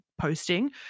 posting